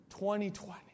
2020